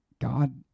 God